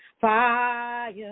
Fire